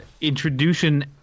introduction